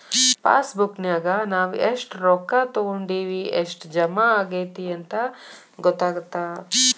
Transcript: ಪಾಸಬುಕ್ನ್ಯಾಗ ನಾವ ಎಷ್ಟ ರೊಕ್ಕಾ ತೊಕ್ಕೊಂಡಿವಿ ಎಷ್ಟ್ ಜಮಾ ಆಗೈತಿ ಅಂತ ಗೊತ್ತಾಗತ್ತ